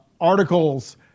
articles